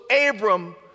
Abram